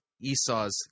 Esau's